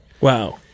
Wow